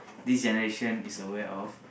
this generation is aware of